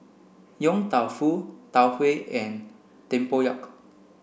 Yong Tau Foo Tau Huay and Tempoyak